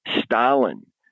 Stalin